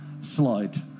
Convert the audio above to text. slide